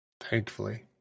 Thankfully